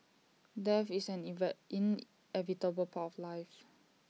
death is an inevitable part of life